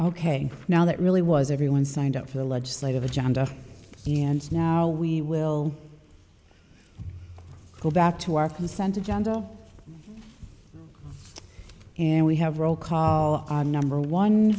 ok now that really was everyone signed up for the legislative agenda and now we will go back to our consent agenda and we have roll call number one